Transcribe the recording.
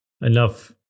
enough